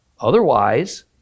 Otherwise